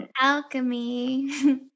Alchemy